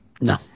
No